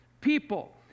people